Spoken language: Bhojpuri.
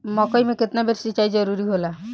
मकई मे केतना बेर सीचाई जरूरी होला?